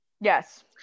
Yes